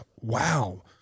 wow